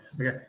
Okay